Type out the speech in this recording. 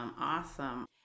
Awesome